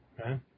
Okay